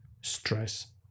stress